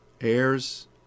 Heirs